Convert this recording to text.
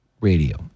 radio